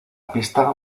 pista